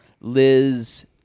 Liz